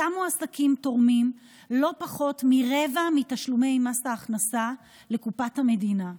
אותם מועסקים תורמים לא פחות מרבע מתשלומי מס ההכנסה לקופת המדינה.